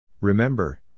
Remember